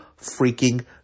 freaking